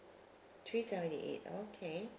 three seventy eight okay